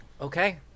Okay